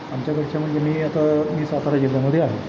आमच्याकडच्या म्हणजे मी आता मी सातारा जिल्ह्यामध्ये आहे